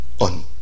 on